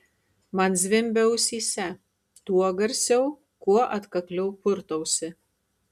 man zvimbia ausyse tuo garsiau kuo atkakliau purtausi